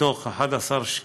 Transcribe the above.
מתוך 11 שאילתות